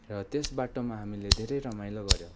र त्यस बाटोमा हामीले धेरै रमाइलो गऱ्यो